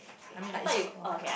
I mean like it's full of